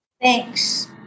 Thanks